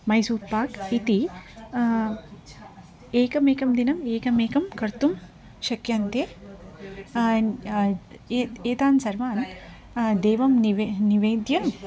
मैसूर् पाक् इति एकमेकं दिनम् एकमेकं कर्तुं शक्यन्ते ए एतान् सर्वान् देवाय निवे निवेद्य